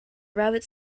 rabbit